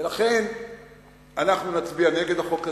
ולכן אנחנו נצביע נגד החוק הזה.